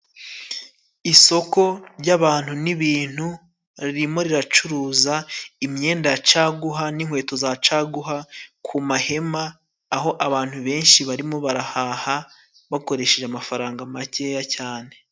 Isoko ry'abantu n'ibintu ririmo riracuruza imyenda ya caguha n'inkweto za caguha ku mahema, aho abantu benshi barimo barahaha bakoresheje amafaranga makeya cyane.